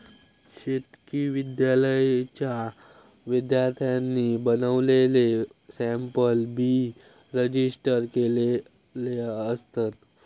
शेतकी विद्यालयाच्या विद्यार्थ्यांनी बनवलेले सॅम्पल बी रजिस्टर केलेले असतत